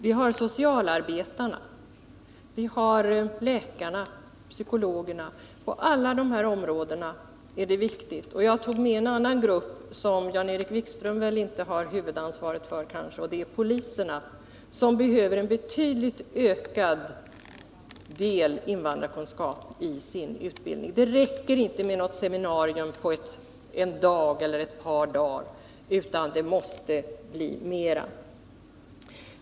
För socialarbetarna, läkarna och psykologerna — ja, på alla dessa områden — är det viktigt med invandrarkunskap. Jag kan också nämna en annan grupp, som Jan-Erik Wikström väl inte har huvudansvaret för, nämligen poliserna, som behöver mer invandrarkunskap i sin utbildning. Det räcker inte med något seminarium på en eller ett par dagar, utan det måste bli mer.